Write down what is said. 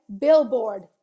billboard